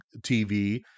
TV